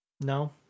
No